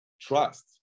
trust